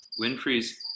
Winfrey's